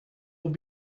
will